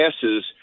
passes